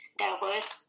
diverse